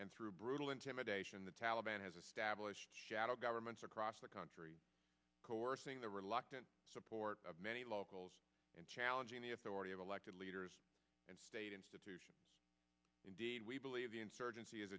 and through brutal intimidation the taliban has established shadow governments across the country coercing the reluctant support of many locals in challenging the authority of elected leaders and state institutions indeed we believe the insurgency has